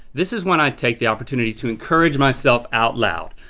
this is when i take the opportunity to encourage myself out loud.